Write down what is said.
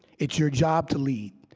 it's your job to lead,